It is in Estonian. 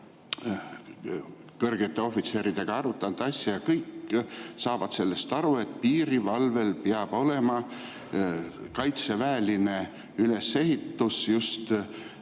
kõrgete ohvitseridega, arutanud asja ja kõik saavad aru, et piirivalvel peab olema kaitseväeline ülesehitus just sõjaaja